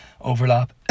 overlap